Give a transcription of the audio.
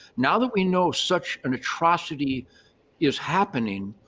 now that we know such an atrocity is happening,